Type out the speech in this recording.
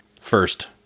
first